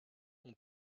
ont